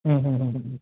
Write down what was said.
હં હં હં હં હં